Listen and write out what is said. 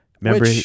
Remember